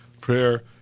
Prayer